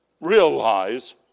realize